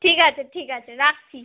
ঠিক আছে ঠিক আছে রাখছি